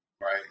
right